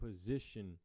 position